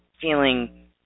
feeling